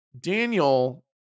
Daniel